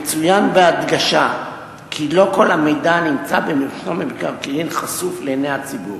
יצוין בהדגשה כי לא כל המידע הנמצא במרשם המקרקעין חשוף לעיני הציבור.